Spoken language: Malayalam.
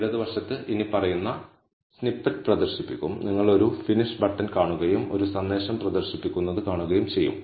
ഇടതുവശത്ത് ഇനിപ്പറയുന്ന സ്നിപ്പറ്റ് പ്രദർശിപ്പിക്കും നിങ്ങൾ ഒരു ഫിനിഷ് ബട്ടൺ കാണുകയും ഒരു സന്ദേശം പ്രദർശിപ്പിക്കുന്നത് കാണുകയും ചെയ്യും